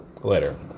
Later